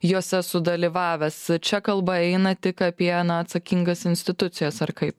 jose sudalyvavęs čia kalba eina tik apie na atsakingas institucijas ar kaip